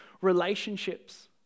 relationships